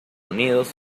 unidos